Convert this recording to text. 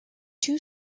two